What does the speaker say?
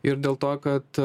ir dėl to kad